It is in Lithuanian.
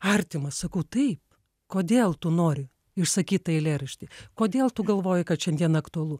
artima sakau taip kodėl tu nori išsakyt tą eilėraštį kodėl tu galvoji kad šiandien aktualu